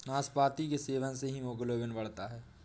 नाशपाती के सेवन से हीमोग्लोबिन बढ़ता है